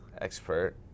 expert